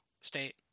State